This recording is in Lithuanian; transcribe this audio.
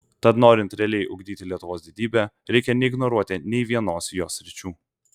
tad norint realiai ugdyti lietuvos didybę reikia neignoruoti nei vienos jos sričių